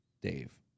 Dave